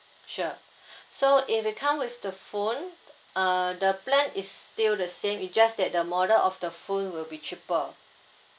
sure so if it come with the phone uh the plan is still the same it just that the model of the phone will be cheaper